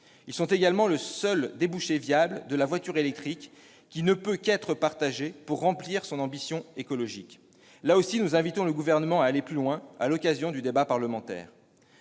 Ils sont également le seul débouché viable de la voiture électrique, qui ne peut qu'être partagée pour remplir son ambition écologique. Là aussi, nous invitons le Gouvernement à aller plus loin à l'occasion du débat parlementaire.